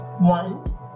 One